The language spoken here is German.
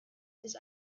ist